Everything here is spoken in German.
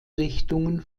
richtungen